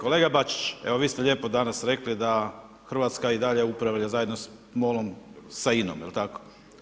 Kolega Bačić evo vi ste danas rekli da Hrvatska i dalje upravlja zajedno s MOL-om sa INOM, jel tako?